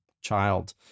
child